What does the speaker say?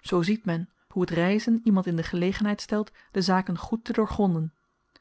zoo ziet men hoe t reizen iemand in de gelegenheid stelt de zaken goed te doorgronden